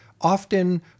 often